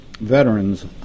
veterans